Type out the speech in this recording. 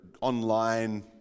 online